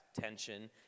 tension